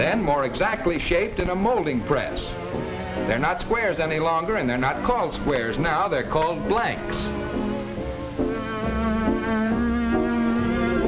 then more exactly shaped in a molding press they're not squares any longer and they're not called squares now they're called blanks